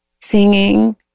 singing